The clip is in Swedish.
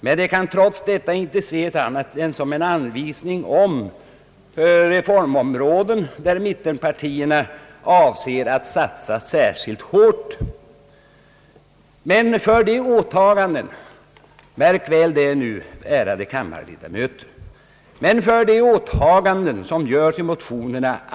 Men de kan trots detta inte ses som annat än en anvisning om reformområden där mittenpartierna avser att satsa särskilt hårt... Men för de åtaganden som görs i motionerna» — märk väl, ärade kammarledamöter!